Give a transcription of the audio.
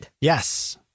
Yes